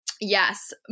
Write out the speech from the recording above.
Yes